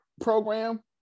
program